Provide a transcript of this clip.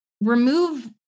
remove